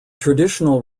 traditional